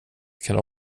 can